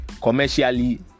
Commercially